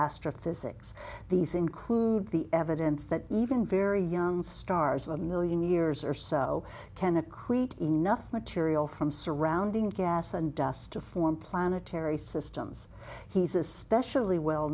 astrophysics these include the evidence that even very young stars a million years or so can a create enough material from surrounding gas and dust to form planetary systems he's especially well